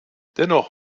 dennoch